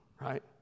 right